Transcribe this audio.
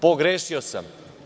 Pogrešio sam.